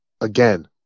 again